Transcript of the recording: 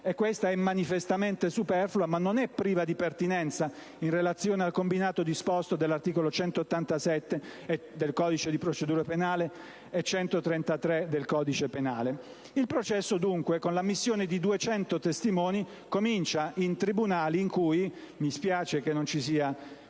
(questa è manifestamente superflua ma non è priva di pertinenza, in relazione al combinato disposto degli articoli 187 del codice di procedura penale e 133 del codice penale). Il processo, dunque, con l'ammissione di 200 testimoni comincia in tribunali in cui - mi spiace che non ci sia